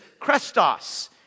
krestos